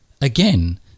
again